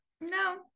No